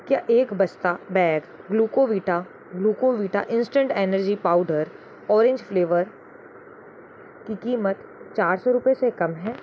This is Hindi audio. क्या एक बस्ता bag Glucovita Glucovita instant energy powder orange flavour की कीमत चार सौ रुपए से कम है